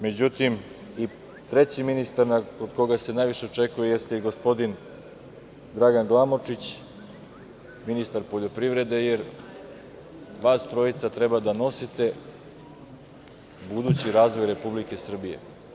Međutim, i treći ministar od koga se najviše očekuje jeste gospodin Dragan Glamočić, ministar poljoprivrede, jer vas trojica treba da nosite budući razvoj Republike Srbije.